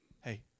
hey